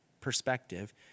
perspective